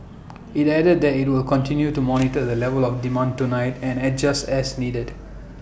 IT added that IT will continue to monitor the level of demand tonight and adjust as needed